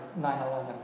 9-11